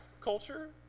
culture